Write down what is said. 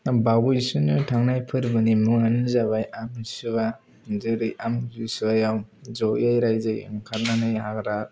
बावैसोनो थांनाय फोरबोनि मुङानो जाबाय आमथिसुवा जेरै आमथिसुवायाव ज'यै रायजोयै ओंखारनानै हाग्रा